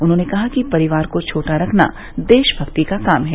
उन्होंने कहा कि परिवार को छोटा रखना देशमक्ति का काम है